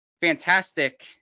fantastic